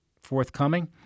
forthcoming